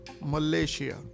Malaysia